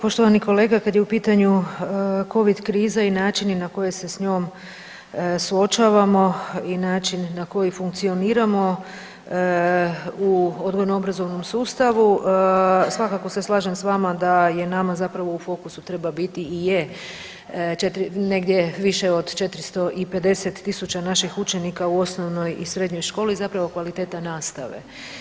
Poštovani kolega kada je u pitanju Covid kriza i načini na koji se s njom suočavamo i način na koji funkcioniramo u odgojno-obrazovnom sustavu svakako se slažem s vama da je nama zapravo u fokusu treba biti i je negdje više od 450.000 naših učenika u osnovnoj i srednjoj školi zapravo kvaliteta nastave.